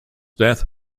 death